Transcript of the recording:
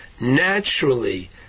naturally